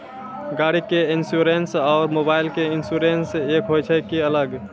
गाड़ी के इंश्योरेंस और मोबाइल के इंश्योरेंस एक होय छै कि अलग?